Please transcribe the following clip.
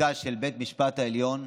בפסיקה של בית המשפט העליון,